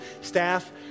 staff